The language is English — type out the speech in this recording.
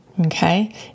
okay